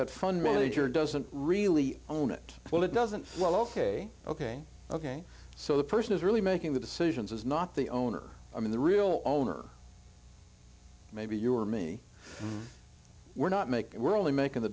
that fund manager doesn't really own it well it doesn't well ok ok ok so the person is really making the decisions is not the owner i mean the real owner maybe you or me we're not make it we're only making the